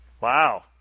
Wow